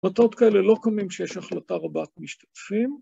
אותות כאלה לא קמים כשיש החלטה רבת משתתפים.